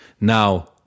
Now